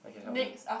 I can help you